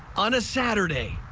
on a saturday.